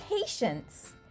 patience